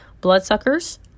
bloodsuckers